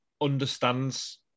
Understands